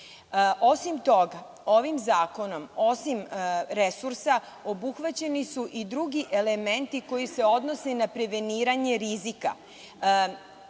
toga, ovim zakonom, osim resursa, obuhvaćeni su i drugi elementi koji se odnose na preveniranje rizika.